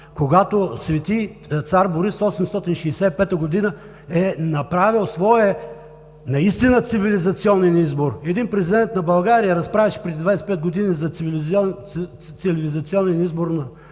когато цар Борис в 865 г. е направил своя наистина цивилизационен избор. Един президент на България разправяше преди 25 г. за цивилизационен избор на